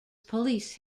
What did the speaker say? police